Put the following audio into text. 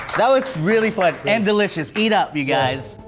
that was really fun, and delicious. eat up, you guys.